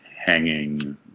hanging